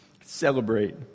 celebrate